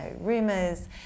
rumors